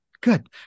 good